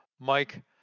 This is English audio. Mike